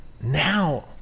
now